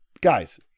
guys